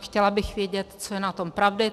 Chtěla bych vědět, co je na tom pravdy.